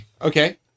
Okay